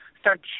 start